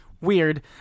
weird